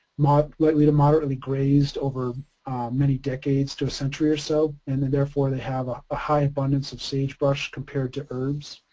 lightly to moderately grazed over many decades to a centuries or so, and then therefore they have ah a high abundance of sagebrush compared to herbs.